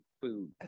food